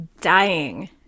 dying